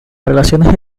relaciones